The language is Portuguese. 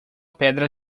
pedra